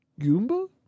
Goomba